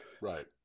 right